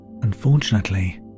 Unfortunately